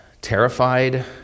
terrified